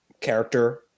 character